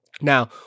Now